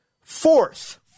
fourth